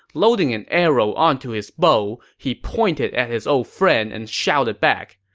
loading an arrow onto his bow, he pointed at his old friend and shouted back,